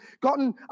gotten